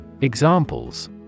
Examples